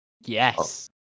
Yes